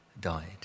died